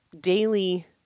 daily